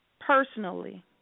personally